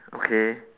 okay